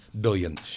billion